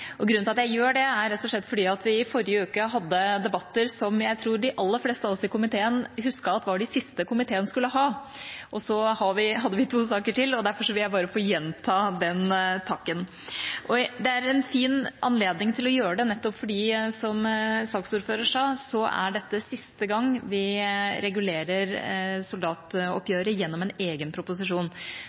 år. Grunnen til at jeg gjør det, er rett og slett at vi forrige uke hadde debatter som jeg tror de aller fleste av oss i komiteen husket var de siste som komiteen skulle ha, men så hadde vi to saker til. Derfor vil jeg gjenta den takken, og det er en fin anledning til å gjøre det, nettopp fordi – som saksordføreren sa – dette er siste gang vi regulerer soldatoppgjøret gjennom en egen proposisjon.